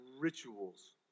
rituals